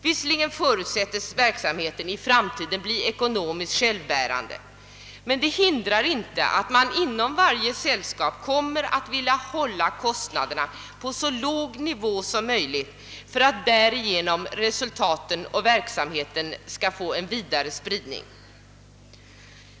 Visserligen förutsätts verksamheten i framtiden bli ekonomiskt självbärande, men det hindrar inte att man inom varje sällskap kommer att vilja hålla kostnaderna på så låg nivå som möjligt för att därigenom resultaten och verksamheten skall få en vidare spridning.